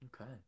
Okay